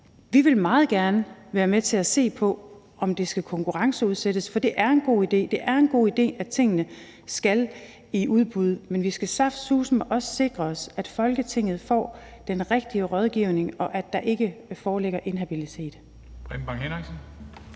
Vi vil meget gerne være med til at se på, om det skal konkurrenceudsættes, for det er en god idé. Det er en god idé, at tingene skal i udbud, men vi skal saftsuseme også sikre os, at Folketinget får den rigtige rådgivning, og at der ikke foreligger inhabilitet.